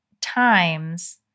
times